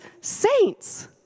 saints